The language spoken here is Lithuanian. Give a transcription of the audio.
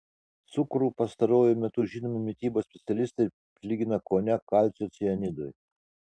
cukrų pastaruoju metu žinomi mitybos specialistai prilygina kone kalcio cianidui